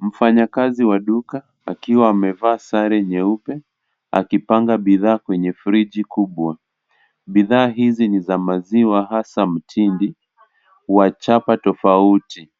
Mfanyakazi wa duka, akiwa amevaa sare nyeupe, akipanga bidhaa kwenye friji kubwa. Bidhaa hizi ni za maziwa hasa mtindi wa chapa tofauti.